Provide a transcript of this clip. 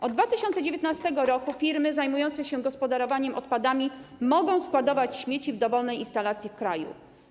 Od 2019 r. firmy zajmujące się gospodarowaniem odpadami mogą składować śmieci w dowolnej instalacji w kraju.